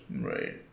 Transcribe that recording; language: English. right